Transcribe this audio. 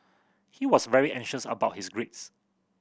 he was very anxious about his grades